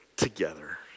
together